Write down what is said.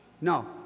No